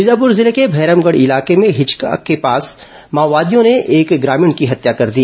बीजापुर जिले के भैरमगढ़ इलाके में चिहका के पास माओवादियों ने एक ग्रामीण की हत्या कर दी